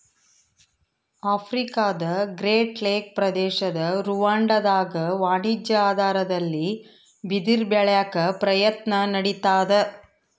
ಆಫ್ರಿಕಾದಗ್ರೇಟ್ ಲೇಕ್ ಪ್ರದೇಶದ ರುವಾಂಡಾದಾಗ ವಾಣಿಜ್ಯ ಆಧಾರದಲ್ಲಿ ಬಿದಿರ ಬೆಳ್ಯಾಕ ಪ್ರಯತ್ನ ನಡಿತಾದ